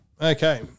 Okay